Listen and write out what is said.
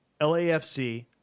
LAFC